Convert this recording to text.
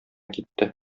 китте